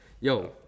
yo